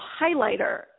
highlighter